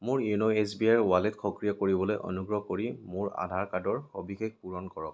মোৰ YONO S B I ৰ wallet সক্ৰিয় কৰিবলৈ অনুগ্ৰহ কৰি মোৰ আধাৰ কাৰ্ডৰ সবিশেষ পূৰণ কৰক